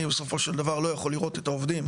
אני, בסופו של דבר, לא יכול לראות את העובדים,